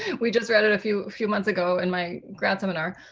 we just read it a few few months ago in my grad seminar.